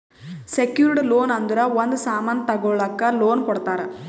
secured loan ಅಂದುರ್ ಒಂದ್ ಸಾಮನ್ ತಗೊಳಕ್ ಲೋನ್ ಕೊಡ್ತಾರ